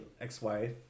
ex-wife